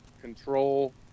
control